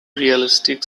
realistic